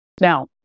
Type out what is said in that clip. Now